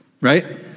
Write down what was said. right